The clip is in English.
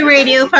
Radio